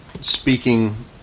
speaking